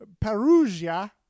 Perugia